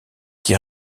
qui